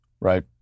right